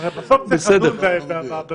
הרי בסוף צריך לדון בתקנות.